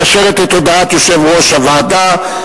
מאשרת את הודעת יושב-ראש הוועדה.